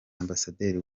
ambasaderi